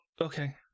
okay